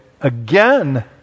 again